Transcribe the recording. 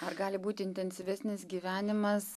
ar gali būti intensyvesnis gyvenimas